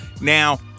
now